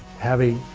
heavy,